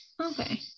okay